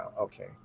Okay